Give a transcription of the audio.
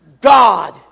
God